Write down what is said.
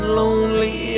lonely